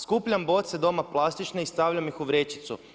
Skupljam boce doma plastične i stavljam ih u vrećicu.